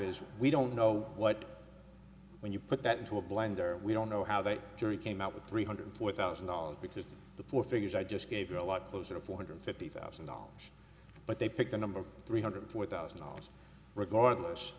is we don't know what when you put that into a blender we don't know how they came out with three hundred four thousand dollars because the four figures i just gave you are a lot closer to four hundred fifty thousand dollars but they pick the number three hundred four thousand dollars regardless